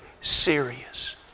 serious